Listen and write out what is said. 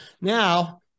now